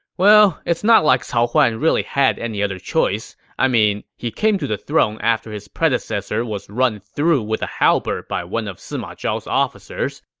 well, it's not like cao huan really had any other choices. i mean, he came to the throne after his predecessor was run through with a halberd by one of sima zhao's officers.